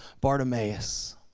Bartimaeus